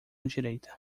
direita